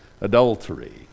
adultery